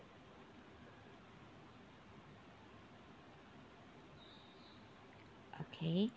okay